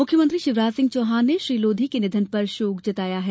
मुख्यमंत्री शिवराज सिंह चौहान ने श्री लोधी के निधन पर शोक जताया है